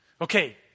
Okay